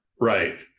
Right